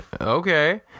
Okay